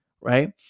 right